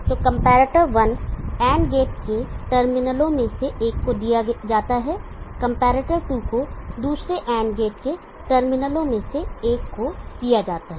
तो comparator 1 and gate के टर्मिनलों में से एक को दिया जाता है कंपैरेटर 2 को दूसरे एंड गेट के टर्मिनलों में से एक को दिया जाता है